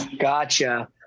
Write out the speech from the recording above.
Gotcha